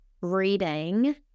reading